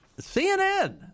CNN—